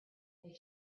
they